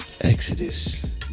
Exodus